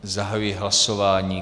Zahajuji hlasování.